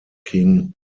king